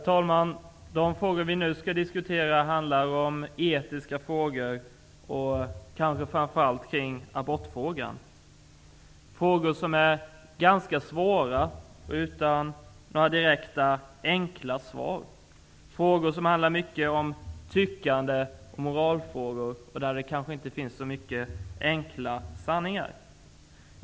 Herr talman! Vi skall nu diskutera etiska frågor och kanske framför allt abortfrågan. Det är ganska svåra frågor utan några direkta, enkla svar. Det handlar mycket om tyckande och moral, och det finns inga enkla sanningar.